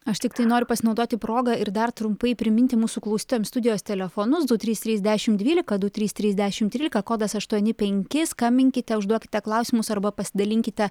aš tiktai noriu pasinaudoti proga ir dar trumpai priminti mūsų klausytojam studijos telefonus du trys trys dešimt dvylika du trys trys dešimt trylika kodas aštuoni penki skambinkite užduokite klausimus arba pasidalinkite